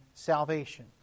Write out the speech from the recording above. Salvation